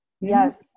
yes